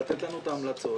לתת לנו את ההמלצות,